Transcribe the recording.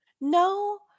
No